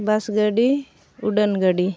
ᱵᱟᱥ ᱜᱟᱹᱰᱤ ᱩᱰᱟᱹᱱ ᱜᱟᱹᱰᱤ